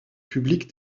publics